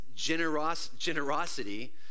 generosity